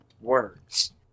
words